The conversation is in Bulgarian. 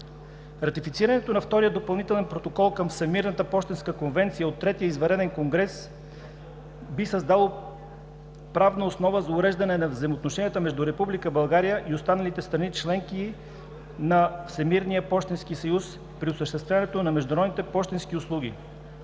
Ратифицирането на Втория допълнителен протокол към Всемирната пощенска конвенция от третия извънреден конгрес би създало правна основа за уреждане на взаимоотношенията между Република България и останалите страни – членки на Всемирния пощенски съюз, при осъществяването на международните пощенски услуги.